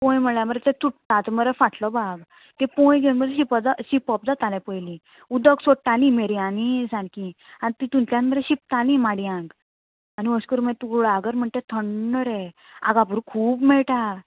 पोंय म्हळ्यार मरे तें चुट्टाचो मरे फाटलो भाग तीं पोंय घेवन शिंप शिंपप जातालें पयलीं उदक सोडटालीं मेऱ्यांनी सारकीं आनी तितूंतल्यान मरे शिंपतालीं माडयांक आनी अशें करून मागीर कुळागर म्हणटा तें थंड रे आगापूर खूब मेळटा